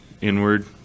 inward